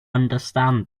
understand